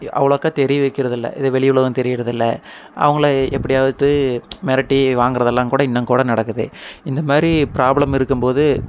அவ்ளோக்கா தெரிய வைக்கிறதில்லை வெளி உலகம் தெரியிறதில்லை அவங்கள எப்படியாவது மிரட்டி வாங்குறதெல்லாம்கூட இன்னும் கூட நடக்குது இந்த மாரி ப்ராப்ளம் இருக்கும்போது